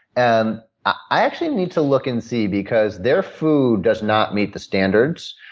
and i actually need to look and see because their food does not meet the standards,